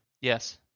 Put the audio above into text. Yes